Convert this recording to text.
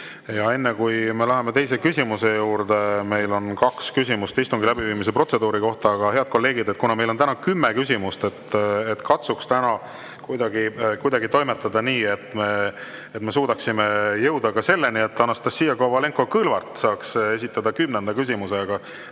Ja enne, kui me läheme teise küsimuse juurde, on meil kaks küsimust istungi läbiviimise protseduuri kohta. Aga, head kolleegid, kuna meil on täna kümme [põhi]küsimust, siis katsuks kuidagi toimetada nii, et me jõuaksime ka selleni, et Anastassia Kovalenko-Kõlvart saaks esitada kümnenda küsimuse.